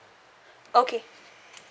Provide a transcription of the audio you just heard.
okay